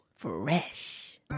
fresh